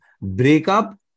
breakup